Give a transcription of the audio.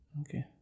okay